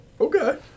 Okay